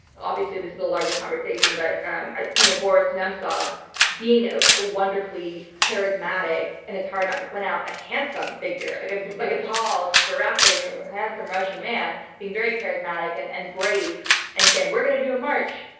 obviously this is the larger conversation. but um ah you know boris nemtsov being ah wonderfully charismatic, and it's hard not to point out, a handsome figure ah like a tall strapping handsome russian man being very charismatic and and brave and saying, we're going to do a march.